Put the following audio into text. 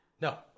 No